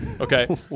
Okay